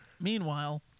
Meanwhile